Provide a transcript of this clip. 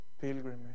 pilgrimage